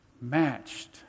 matched